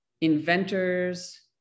inventors